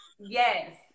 Yes